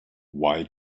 why